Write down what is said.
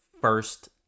First